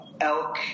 elk